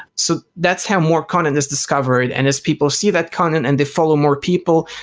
so that's how more content is discovered and as people see that content and they follow more people,